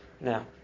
Now